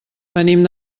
venim